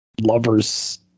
lover's